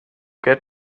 get